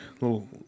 little